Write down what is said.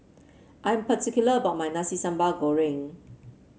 I am particular about my Nasi Sambal Goreng